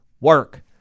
work